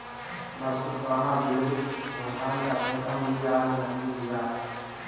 बरसों पुराना विलंबित भुगतान का पैसा मुझे आज नसीब हुआ है